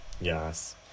Yes